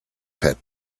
pit